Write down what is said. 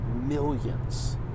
millions